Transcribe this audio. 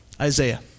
Isaiah